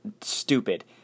stupid